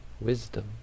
wisdom